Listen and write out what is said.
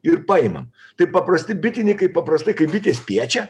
ir paimam tai paprasti bitininkai paprastai kai bitės spiečia